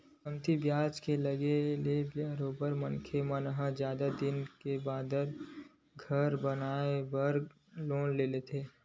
कमती बियाज के लगे ले बरोबर मनखे मन ह जादा दिन बादर बर घलो घर के बनाए बर लोन ल लेथे